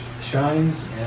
shines